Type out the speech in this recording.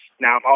Now